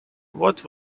what